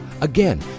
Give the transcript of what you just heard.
Again